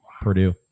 purdue